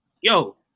yo